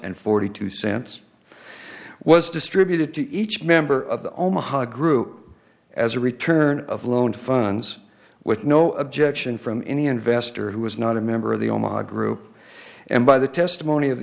and forty two cents was distributed to each member of the omaha group as a return of loan funds with no objection from any investor who was not a member of the omaha group and by the testimony of